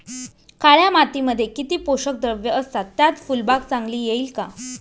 काळ्या मातीमध्ये किती पोषक द्रव्ये असतात, त्यात फुलबाग चांगली येईल का?